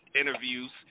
interviews